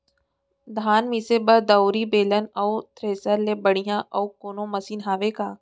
धान मिसे बर दउरी, बेलन अऊ थ्रेसर ले बढ़िया अऊ कोनो मशीन हावे का?